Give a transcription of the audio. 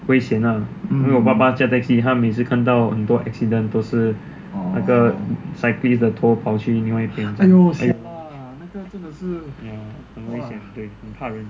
危险 ah 因为我爸爸驾 taxi then 他每次看到很多 accident 都是那个 cyclist 的头跑去另外一边 ya 很危险很怕人